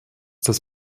das